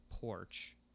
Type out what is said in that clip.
porch